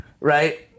right